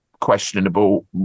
questionable